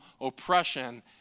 oppression